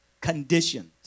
Conditions